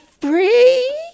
free